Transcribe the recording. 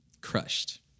crushed